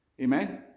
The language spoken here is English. amen